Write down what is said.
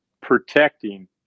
protecting